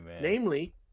namely